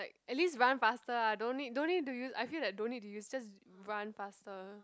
like at least run faster ah don't need don't need to use I feel that don't need to use just run faster